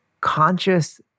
conscious